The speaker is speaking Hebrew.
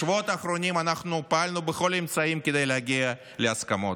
בשבועות האחרונים אנחנו פעלנו בכל האמצעים כדי להגיע להסכמות,